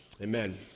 Amen